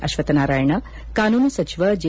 ಅಶ್ವಥನಾರಾಯಣ ಕಾನೂನು ಸಚಿವ ಜೆ